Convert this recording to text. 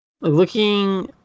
Looking